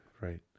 Right